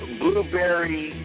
blueberry